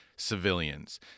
civilians